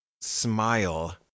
smile